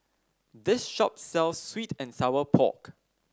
this shop sells sweet and Sour Pork